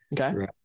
Okay